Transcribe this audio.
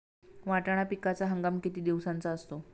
वाटाणा पिकाचा हंगाम किती दिवसांचा असतो?